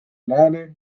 lääne